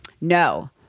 No